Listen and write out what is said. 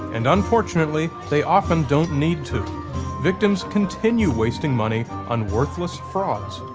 and unfortunately they often don't need to victims continue wasting money on worthless frauds.